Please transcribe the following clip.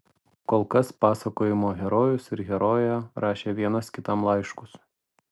kol kas pasakojimo herojus ir herojė rašė vienas kitam laiškus